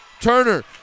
Turner